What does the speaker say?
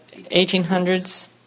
1800s